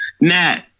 Nat